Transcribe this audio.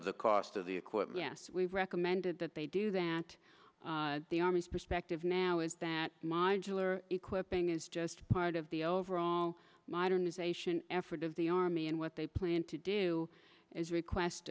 of the cost of the equipment yes we've recommended that they do that the army's perspective now is that modular equipping is just part of the overall modernization effort of the army and what they plan to do is request